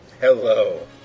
Hello